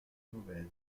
mauvaise